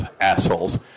assholes